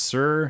Sir